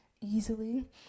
easily